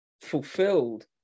fulfilled